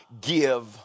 give